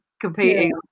competing